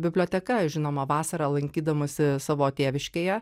biblioteka žinoma vasarą lankydamasi savo tėviškėje